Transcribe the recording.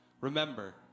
Remember